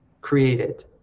created